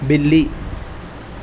بلی